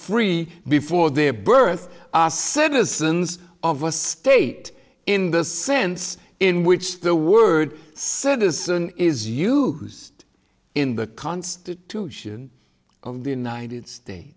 free before their birth are citizens of a state in the sense in which the word citizen is used in the constitution of the united states